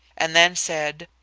and then said,